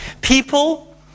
people